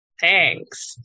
thanks